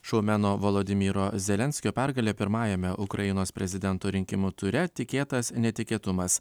šuomeno volodymyro zelenskio pergalė pirmajame ukrainos prezidento rinkimų ture tikėtas netikėtumas